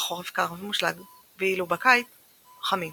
בחורף קר ומושלג ואילו בקיץ חמים.